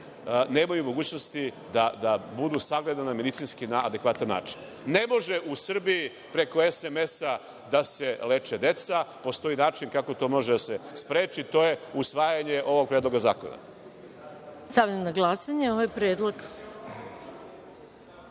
nemaju mogućnosti da budu sagledana medicinski na adekvatan način. Ne mogu u Srbiji preko SMS-a da se leče deca, postoji način kako to može da se spreči, to je usvajanje ovog predloga zakona. **Maja Gojković** Stavljam na glasanje ovaj